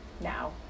now